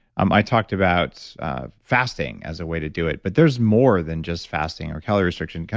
um i talked about fasting as a way to do it, but there's more than just fasting or calorie restriction.